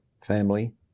family